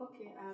okay